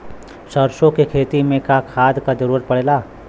सरसो के खेती में का खाद क जरूरत पड़ेला?